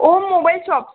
Om mobile shop